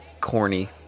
corny